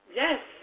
yes